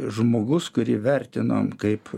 žmogus kurį vertinom kaip